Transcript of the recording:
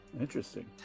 Interesting